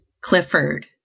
Clifford